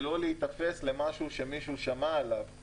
ולא להיתפס למשהו שמישהו שמע עליו.